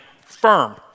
firm